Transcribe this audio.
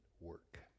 work